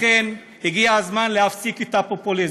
לכן, הגיע הזמן להפסיק את הפופוליזם.